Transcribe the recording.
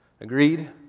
Agreed